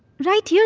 right yeah